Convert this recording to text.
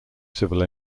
civil